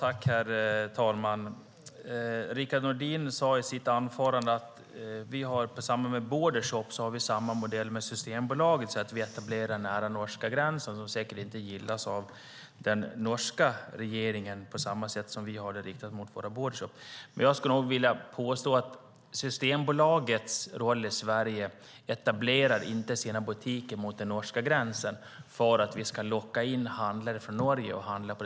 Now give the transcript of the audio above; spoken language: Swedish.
Herr talman! Rickard Nordin sade i sitt anförande att Systembolaget enligt samma modell som bordershops etablerar sig nära norska gränsen, vilket säkert inte gillas av den norska regeringen. Systembolagets roll i Sverige är dock inte att etablera sina butiker vid norska gränsen för att locka norrmän att handla på Systembolaget.